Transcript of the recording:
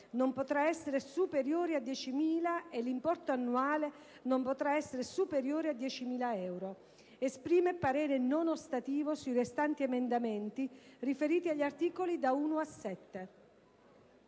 "non potrà essere superiore a diecimila e l'importo annuale non potrà essere superiore a diecimila euro". Esprime infine parere non ostativo sui restanti emendamenti riferiti agli articoli da 1 a 7».